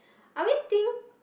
I always think